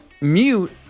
mute